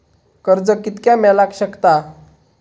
कर्ज कितक्या मेलाक शकता?